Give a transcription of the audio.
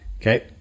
okay